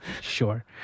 Sure